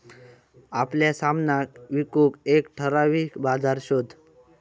आपल्या सामनाक विकूक एक ठराविक बाजार शोध